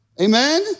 Amen